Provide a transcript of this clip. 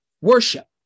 Worship